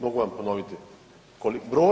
Mogu vam ponoviti.